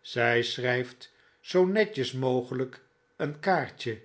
zij schrijft zoo netjes mogelijk een kaartje